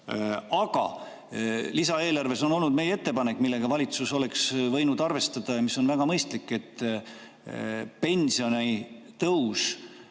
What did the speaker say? Aga lisaeelarves on olnud meie ettepanek, mida valitsus oleks võinud arvestada ja mis on väga mõistlik: pensionitõus,